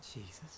Jesus